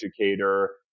educator